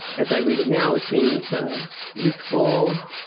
as i read it now, it seems youthful,